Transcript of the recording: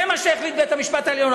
זה מה שהחליט בית-המשפט העליון.